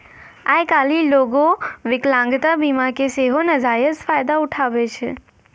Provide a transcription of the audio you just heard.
आइ काल्हि लोगें विकलांगता बीमा के सेहो नजायज फायदा उठाबै छै